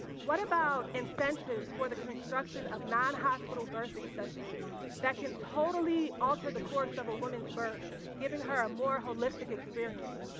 what about incensetives for the construction of nonhospital birthing centers that can totally alter the course of a women's birth giving her a more wholistic experience.